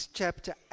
chapter